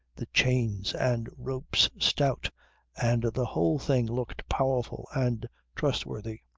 the chains and ropes stout and the whole thing looked powerful and trustworthy.